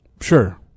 Sure